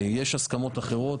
יש הסכמות אחרות.